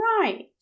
right